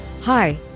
Hi